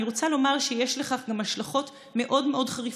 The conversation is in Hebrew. אני רוצה לומר שיש לכך גם השלכות מאוד מאוד חריפות,